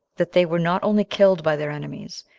that they were not only killed by their enemies,